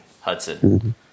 Hudson